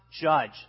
judge